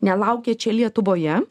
nelaukia čia lietuvoje